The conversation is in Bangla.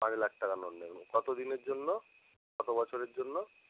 পাঁচ লাখ টাকা লোন নেবেন কত দিনের জন্য কত বছরের জন্য